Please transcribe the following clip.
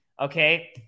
Okay